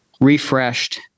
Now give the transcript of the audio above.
refreshed